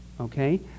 okay